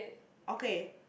okay